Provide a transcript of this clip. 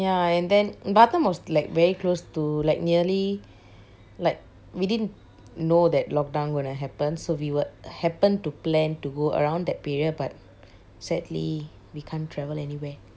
ya and then batam was like very close to like nearly like we didn't know that lockdown gonna happen so were happen to plan to go around that period but sadly we can't travel anywhere